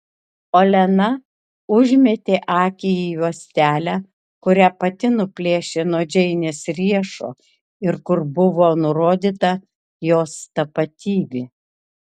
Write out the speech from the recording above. olena užmetė akį į juostelę kurią pati nuplėšė nuo džeinės riešo ir kur buvo nurodyta jos tapatybė